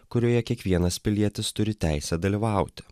kurioje kiekvienas pilietis turi teisę dalyvauti